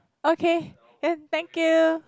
okay can thank you